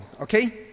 okay